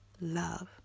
love